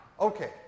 Okay